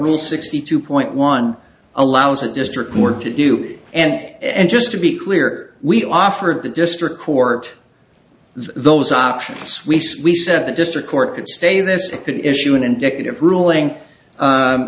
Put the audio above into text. will sixty two point one allows a district court to do it and just to be clear we offered the district court those options suisse we said the district court could stay this issue an indicative ruling